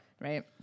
Right